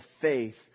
faith